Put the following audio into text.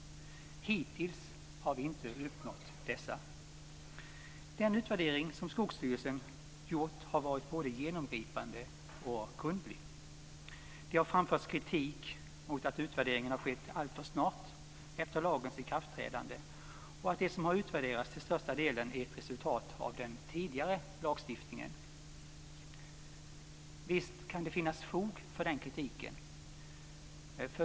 Hittills har vi inte uppnått dessa. Den utvärdering som Skogsstyrelsen har gjort har varit både genomgripande och grundlig. Det har framförts kritik mot att utvärderingen har skett alltför snart efter lagens ikraftträdande och att det som har utvärderats till största delen är ett resultat av den tidigare lagstiftningen. Visst kan det finnas fog för den kritiken.